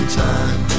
time